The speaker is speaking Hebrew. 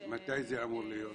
מתי זה אמור להיות?